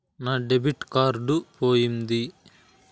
నా debit card పోయింది